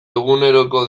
eguneroko